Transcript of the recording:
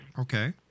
Okay